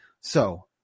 So-